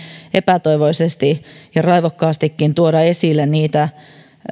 epätoivoisesti ja raivokkaastikin tuoda esille niitä